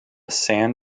san